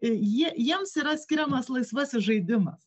jie jiems yra skiriamas laisvasis žaidimas